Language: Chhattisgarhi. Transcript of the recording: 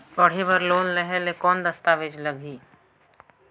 पढ़े बर लोन लहे ले कौन दस्तावेज लगही?